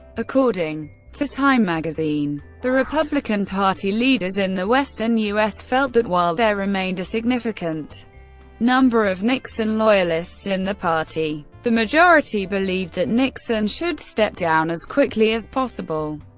according to time magazine, the republican party leaders in the western u s. felt that while there remained a significant number of nixon loyalists in the party, the majority believed that nixon should step down as quickly as possible.